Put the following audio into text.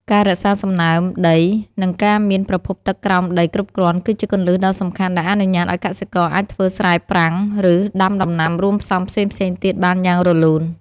ការរក្សាសំណើមដី និងការមានប្រភពទឹកក្រោមដីគ្រប់គ្រាន់ គឺជាគន្លឹះដ៏សំខាន់ដែលអនុញ្ញាតឱ្យកសិករអាចធ្វើស្រែប្រាំង ឬដាំដំណាំរួមផ្សំផ្សេងៗទៀតបានយ៉ាងរលូន។